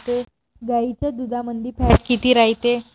गाईच्या दुधामंदी फॅट किती रायते?